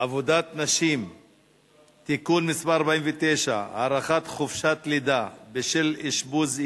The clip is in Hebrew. עבודת נשים (תיקון מס' 49) (הארכת חופשת לידה בשל אשפוז יילוד),